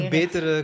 beter